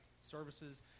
services